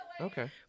Okay